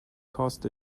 cost